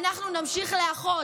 אנחנו נמשיך לאחות,